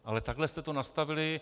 Ale takhle jste to nastavili.